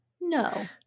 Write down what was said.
No